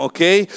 Okay